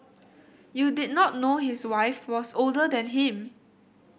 you did not know his wife was older than him